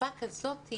בתקופה כזאת,